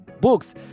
books